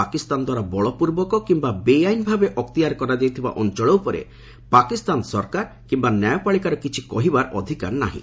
ପାକିସ୍ତାନ ଦ୍ୱାରା ବଳପୂର୍ବକ କିମ୍ବା ବେଆଇନଭାବେ ଅକ୍ତିଆର କରାଯାଇଥିବା ଅଞ୍ଚଳ ଉପରେ ପାକିସ୍ତାନ ସରକାର କିୟା ନ୍ୟାୟପାଳିକାର କିଛି କହିବାର ଅଧିକାର ନାହିଁ